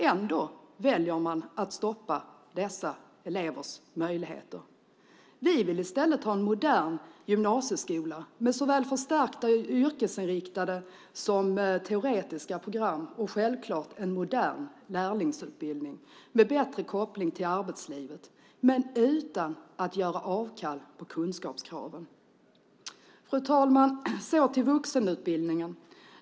Ändå väljer man att stoppa dessa elevers möjligheter. Vi vill i stället ha en modern gymnasieskola med såväl förstärkta yrkesinriktade som teoretiska program och självklart en modern lärlingsutbildning med bättre koppling till arbetslivet men utan att göra avkall på kunskapskraven. Fru talman! Så till vuxenutbildningen.